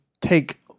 take